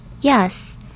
Yes